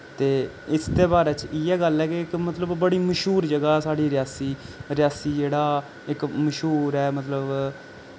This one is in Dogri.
ते इसदे बारे च इ'यै गल्ल ऐ के इक मतलब बड़ी मश्हूर जगह् साढ़ी रेयासी रेयासी जेह्ड़ा इक मश्हूर ऐ मतलब